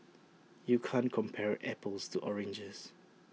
you can't compare apples to oranges